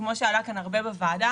כפי שעלה כאן הרבה בוועדה,